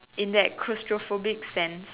in that claustrophobic sense